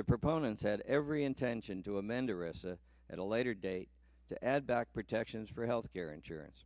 the proponents had every intention to amend or risk at a later date to add back protections for health care insurance